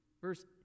verse